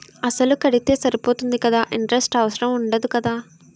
అసలు కడితే సరిపోతుంది కదా ఇంటరెస్ట్ అవసరం ఉండదు కదా?